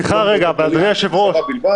אלו אירועים בהושבה בלבד,